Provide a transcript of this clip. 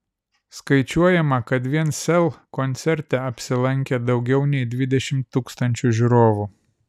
skaičiuojama kad vien sel koncerte apsilankė daugiau nei dvidešimt tūkstančių žiūrovų